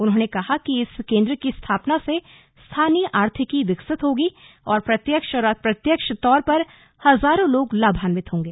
उन्होंने कहा कि इस केंद्र की स्थापना से स्थानीय आर्थिकी विकसित होगी और प्रत्यक्ष और अप्रत्यक्ष तौर पर हजारों लोग लाभान्वित होंगे